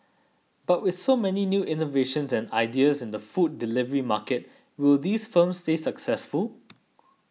but with so many new innovations and ideas in the food delivery market will these firms stay successful